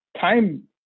time